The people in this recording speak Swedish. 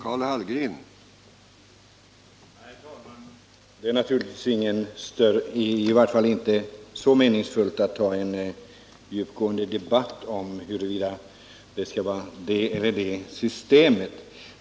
Herr talman! Det är inte särskilt meningsfullt att ta upp en djupgående debatt om huruvida det skall vara det eller det samhällssystemet.